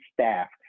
staff